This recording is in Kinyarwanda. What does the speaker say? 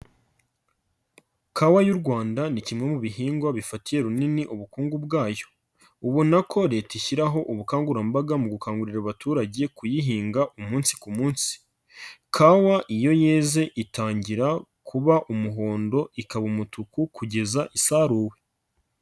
Kawa y'u Rwanda ni kimwe mu bihingwa bifatiye runini ubukungu bwayo. Ubona ko leta ishyiraho ubukangurambaga mu gukangurira abaturage kuyihinga umunsi ku munsi. Kawa iyo yeze itangira kuba umuhondo, ikaba umutuku, kugeza isaruwe.